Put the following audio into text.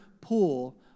pool